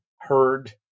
heard